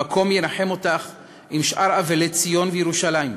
המקום ינחם אותך עם שאר אבלי ציון וירושלים.